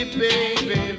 baby